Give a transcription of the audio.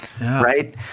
Right